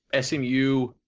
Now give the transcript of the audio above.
SMU